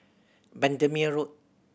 Bendemeer Road